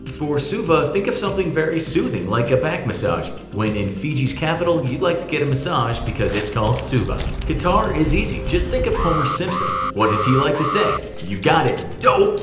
for suva think of something very soothing, like a back massage. when in fiji's capital and you like to get a massage, because it's called suva. qatar is easy, just think of homer simpson. what does he like to say? you got it, doh!